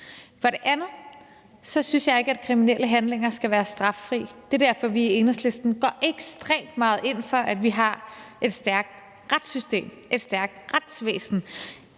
For det andet synes jeg ikke, at kriminelle handlinger skal være straffri. Det er derfor, vi i Enhedslisten går ekstremt meget ind for, at vi har et stærkt retssystem og et stærkt retsvæsen,